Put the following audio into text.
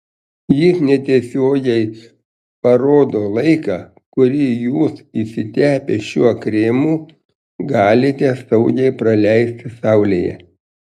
jis netiesiogiai parodo laiką kurį jūs išsitepę šiuo kremu galite saugiai praleisti saulėje